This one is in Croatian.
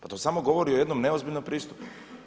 Pa to samo govori o jednom neozbiljnom pristupu.